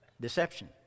deception